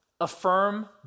affirm